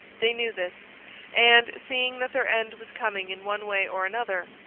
they knew this and, seeing that their end was coming in one way or another,